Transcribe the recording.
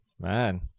Man